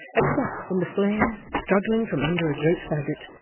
except when the flame, struggling from under a great faggot,